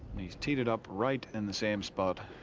he's teed-up right in the same spot.